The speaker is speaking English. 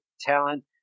talent